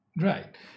Right